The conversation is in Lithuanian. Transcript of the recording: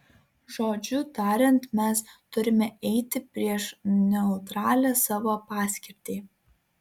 žodžiu tariant mes turime eiti prieš neutralią savo paskirtį